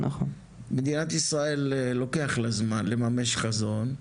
מדינת ישראל לוקח לה זמן לממש חזון.